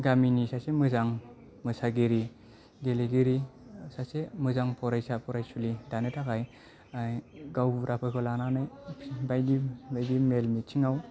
गामिनि सासे मोजां मोसागिरि गेलेगिरि सासे मोजां फरायसा फरायसुलि दानो थाखाय गावबुराफोरखौ लानानै बायदि बायदि मेल मिथिङाव